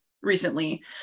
recently